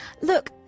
Look